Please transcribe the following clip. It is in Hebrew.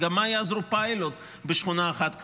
וגם מה יעזור פיילוט בשכונה אחת קטנה?